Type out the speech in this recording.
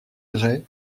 grès